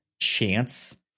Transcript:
chance